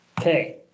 Okay